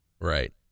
Right